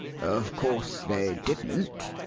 of course they didn't?